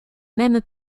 même